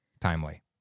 Timely